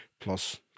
plus